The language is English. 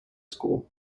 school